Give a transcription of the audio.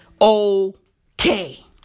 okay